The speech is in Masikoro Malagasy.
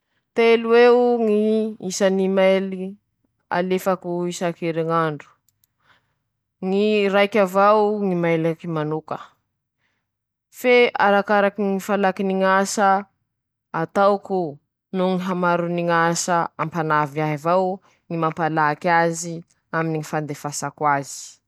Ñy fandehanany ñ'olo lavitsy mare, aminy zao fotoa zao, nohony ñy taloha tsy raty, ñ'antony: -Miala lavitsy ñy adin-tsay teña no mba miala voly, manahaky anizay ñy fahaizan-teña, miaramonina aminy ñ'olohafa mihoatsy an-teña ;manahaky anizay koa ñy fahaizan-teña ñy liliny ñ'olo noho ñy karazany ñ'olo hafamisy mbañy, fe mila mitandrina avao koa teña, aminy ñy fiaiñan-teña.